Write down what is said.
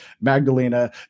Magdalena